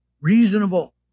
reasonable